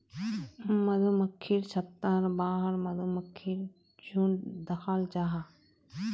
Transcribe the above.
मधुमक्खिर छत्तार बाहर मधुमक्खीर झुण्ड दखाल जाहा